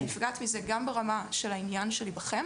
אני נפגעת מזה גם ברמה של העניין שלי בכם